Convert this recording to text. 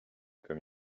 comme